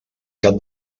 cap